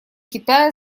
китая